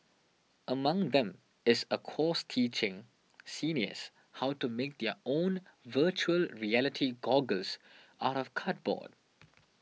among them is a course teaching seniors how to make their own Virtual Reality goggles out of cardboard